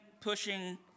pushing